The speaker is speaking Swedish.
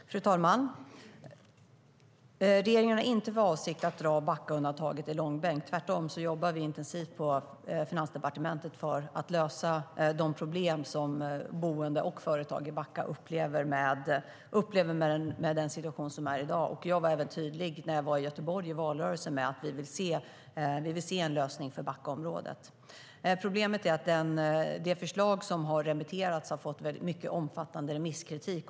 Problemet är att det förslag som har remitterats har fått omfattande remisskritik.